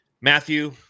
Matthew